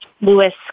Lewis